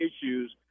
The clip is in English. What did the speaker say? issues